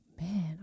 man